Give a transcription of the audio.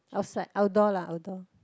outside outdoor lah outdoor